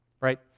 right